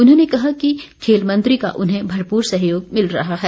उन्होंने कहा कि खेल मंत्री का उन्हें भरपूर सहयोग मिल रहा है